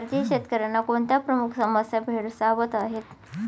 भारतीय शेतकऱ्यांना कोणत्या प्रमुख समस्या भेडसावत आहेत?